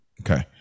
okay